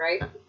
Right